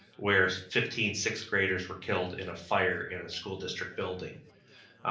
where fifteen sixth graders were killed in a fire in a school district building.